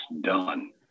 done